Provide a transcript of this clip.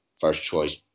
first-choice